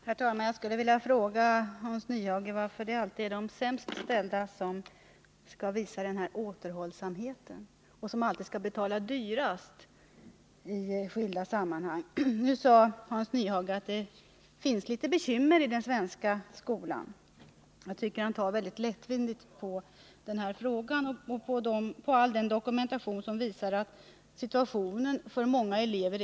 Herr talman! Jag vill fråga Hans Nyhage varför det alltid är de sämst ställda i samhället som skall visa denna återhållsamhet och som alltid skall betala mest i skilda sammanhang. Hans Nyhage sade att det finns litet bekymmer i den svenska skolan. Jag tycker att han tar väldigt lätt på den här frågan och på all den dokumentation som visar att situationen är katastrofal för många elever.